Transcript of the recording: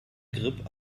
grip